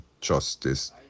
justice